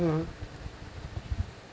mmhmm